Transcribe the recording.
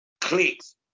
clicks